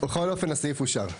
בכל אופן, הסעיף אושר.